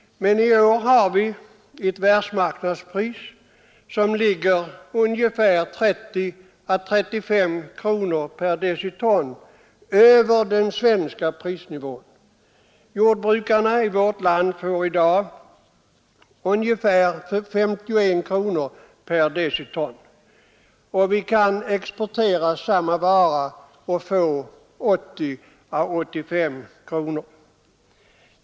Men i år har vi ett världsmarknadspris som ligger ungefär 30 å 35 kronor per deciton över den svenska prisnivån. Jordbrukarna i vårt land får i dag ungefär S1 kronor per deciton, och vi kan exportera samma vara och få 80 å 85 kronor.